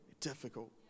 difficult